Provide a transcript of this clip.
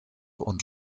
und